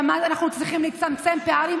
כמה אנחנו צריכים לצמצמם פערים,